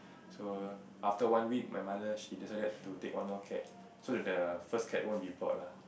so after one week my mother she decided to take one more cat so that the first cat won't be bored lah